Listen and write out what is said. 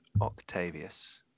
Octavius